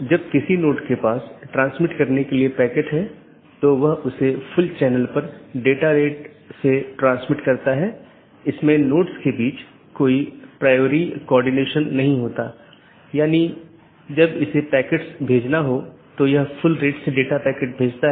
बाहरी gateway protocol जो एक पाथ वेक्टर प्रोटोकॉल का पालन करते हैं और ऑटॉनमस सिस्टमों के बीच में सूचनाओं के आदान प्रदान की अनुमति देता है